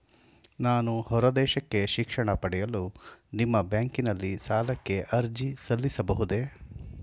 ನಾನು ಹೊರದೇಶಕ್ಕೆ ಶಿಕ್ಷಣ ಪಡೆಯಲು ನಿಮ್ಮ ಬ್ಯಾಂಕಿನಲ್ಲಿ ಸಾಲಕ್ಕೆ ಅರ್ಜಿ ಸಲ್ಲಿಸಬಹುದೇ?